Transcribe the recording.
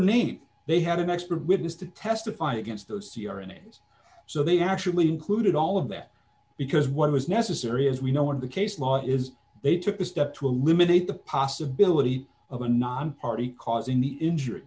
named they had an expert witness to testify against the c r in it so they actually included all of that because what was necessary as we know what the case law is they took a step to eliminate the possibility of a nonparty causing the injur